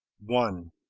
one